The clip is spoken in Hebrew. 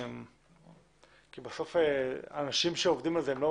כי בסוף האנשים שעובדים על זה,